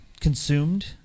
consumed